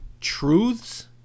truths